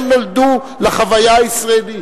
הם נולדו לחוויה הישראלית.